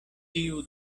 tiu